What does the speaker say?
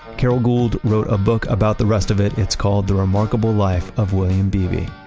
carol gould wrote a book about the rest of it. it's called the remarkable life of william beebe.